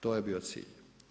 To je bio cilj.